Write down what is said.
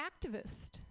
activist